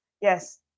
yes